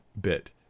bit